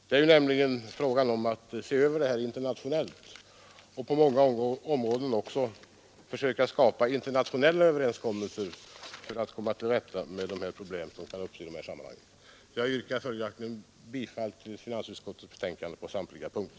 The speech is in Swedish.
Det gäller nämligen att se över det hela internationellt, och på många områden gäller det också att försöka skapa internationella överenskommelser för att komma till rätta med de problem som kan uppstå i dessa sammanhang. Jag yrkar bifall till finansutskottets hemställan på samtliga punkter.